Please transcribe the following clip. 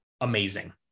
amazing